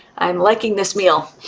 i'm liking this meal.